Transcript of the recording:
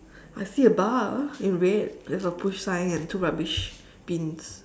I see a bar in red with a push sign and two rubbish bins